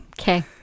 Okay